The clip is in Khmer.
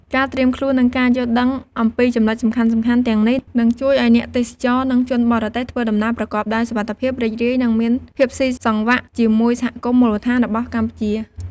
ការត្រៀមខ្លួន និងការយល់ដឹងអំពីចំណុចសំខាន់ៗទាំងនេះ នឹងជួយឱ្យអ្នកទេសចរ និងជនបរទេសធ្វើដំណើរប្រកបដោយសុវត្ថិភាព រីករាយ និងមានភាពស៊ីសង្វាក់ជាមួយសហគមន៍មូលដ្ឋានរបស់កម្ពុជា។